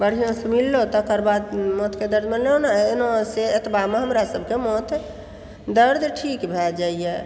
बढ़िऑंसँ मिललहुॅं तकर बाद माथके दर्द मे नहि नहि एना नहि से एतबा सबके माथ दर्द ठीक भए जाइया